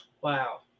Wow